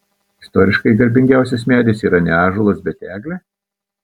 istoriškai garbingiausias medis yra ne ąžuolas bet eglė